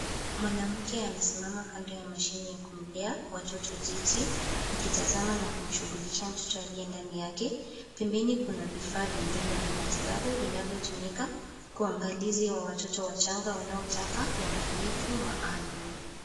Mwanamke anasimama kando ya mashine ya kumlea watoto jiji, akimtazama na kumshughulikia mtoto aliye ndani yake. Pembeni kuna vifaa vengine vya matibabu vinavyotumika kwa uangalizi wa watoto wachanga, wanao taka uangalizi maalumu.